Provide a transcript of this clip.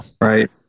Right